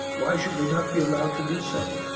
why should they not be allowed to do so?